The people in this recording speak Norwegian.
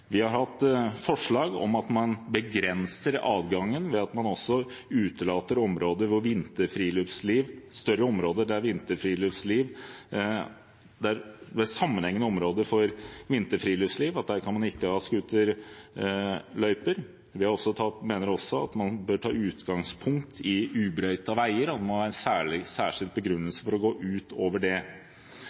vi likevel vært konstruktive. Vi har hatt forslag om at man begrenser adgangen ved at man også utelater større, sammenhengende områder for vinterfriluftsliv – der kan man ikke ha scooterløyper. Vi mener også at man bør ta utgangspunkt i ubrøytede veier, at man må ha en særskilt begrunnelse for å gå utover det.